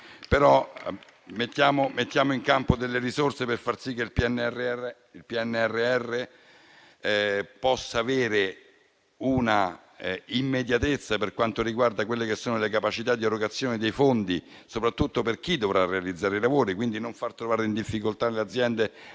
Mettiamo in campo delle risorse per far sì che il PNRR possa avere una immediatezza per quanto riguarda le capacità di erogazione dei fondi, soprattutto per chi dovrà realizzare i lavori, così da non far trovare in difficoltà le aziende